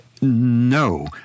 No